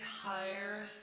higher